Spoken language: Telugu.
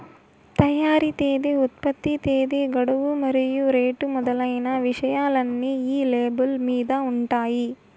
తయారీ తేదీ ఉత్పత్తి తేదీ గడువు మరియు రేటు మొదలైన విషయాలన్నీ ఈ లేబుల్ మీద ఉంటాయి